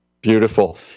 Beautiful